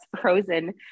frozen